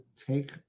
take